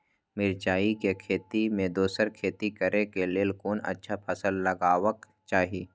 मिरचाई के खेती मे दोसर खेती करे क लेल कोन अच्छा फसल लगवाक चाहिँ?